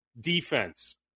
defense